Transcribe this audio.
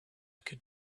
could